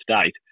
state